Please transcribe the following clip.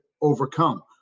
overcome